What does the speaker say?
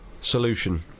Solution